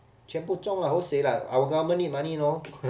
全部中 lah hosei lah our government need money you know